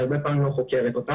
הרבה פעמים היא לא חוקרת אותה.